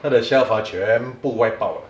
他的 shelf 全部 wipe out eh